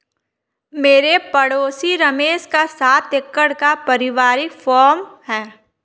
मेरे पड़ोसी रमेश का सात एकड़ का परिवारिक फॉर्म है